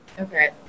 okay